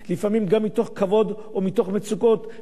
ולפעמים גם מתוך כבוד או מתוך מצוקות של